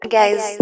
guys